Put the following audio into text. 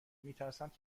میترسند